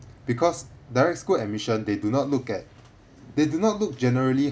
because direct school admission they do not look at they do not look generally